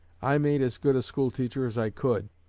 i made as good a school-teacher as i could,